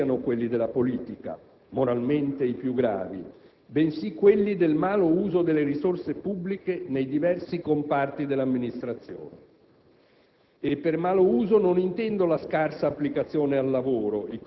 Ritengo che gli sprechi quantitativamente maggiori non siano quelli della politica (moralmente i più gravi), bensì quelli del malo uso delle risorse pubbliche nei diversi comparti dell'amministrazione.